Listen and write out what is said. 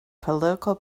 political